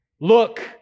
look